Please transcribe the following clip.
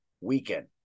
weekend